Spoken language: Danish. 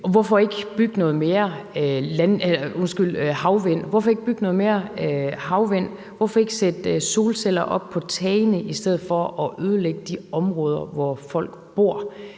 Hvorfor ikke bygge noget mere havvind? Hvorfor ikke sætte solceller op på tagene i stedet for at ødelægge de områder, hvor folk bor?